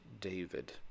David